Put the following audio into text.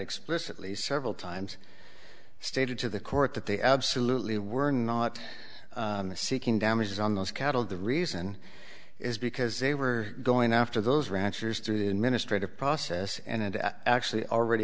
explicitly several times stated to the court that they absolutely were not seeking damages on those cattle the reason is because they were going after those ranchers through the administrative process and into actually already